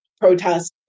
protests